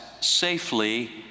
safely